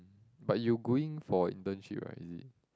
but you going for internship right is it